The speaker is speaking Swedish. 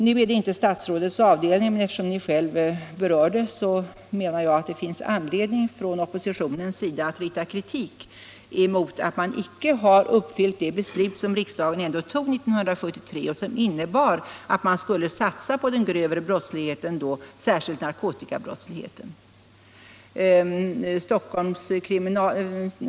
Nu är det inte statsrådets avdelning, men eftersom ni själv berör det, vill jag säga att det finns anledning för oppositionen att rikta kritik mot att man icke har fullföljt det beslut som riksdagen fattade 1973 och som innebar att man skuile satsa på den grövre brottsligheten, särskilt narkotikabrottsligheten.